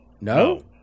No